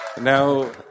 Now